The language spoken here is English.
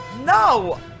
No